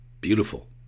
beautiful